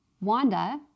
Wanda